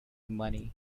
money